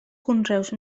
conreus